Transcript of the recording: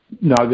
No